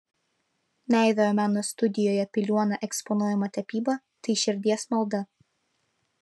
naiviojo meno studijoje piliuona eksponuojama tapyba tai širdies malda